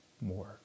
more